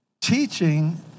Teaching